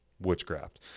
witchcraft